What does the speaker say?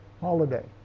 holiday